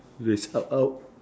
raise out out